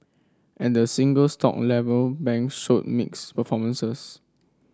and the single stock level bank showed mixed performances